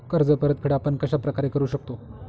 कर्ज परतफेड आपण कश्या प्रकारे करु शकतो?